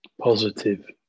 positive